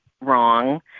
wrong